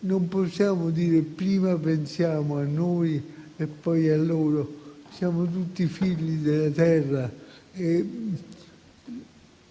Non possiamo dire prima pensiamo a noi e poi a loro. Siamo tutti figli della Terra e